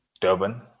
Durban